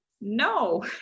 no